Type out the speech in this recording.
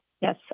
Yes